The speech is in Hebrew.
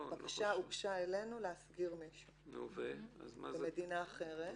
הבקשה הוגשה אלינו להסגיר מישהו ממדינה אחרת.